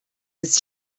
his